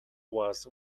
was